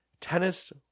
Tennis